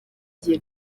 igihe